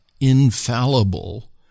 infallible